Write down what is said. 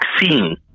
vaccine